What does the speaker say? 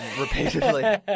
repeatedly